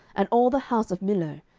and all the house of millo,